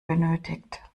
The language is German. benötigt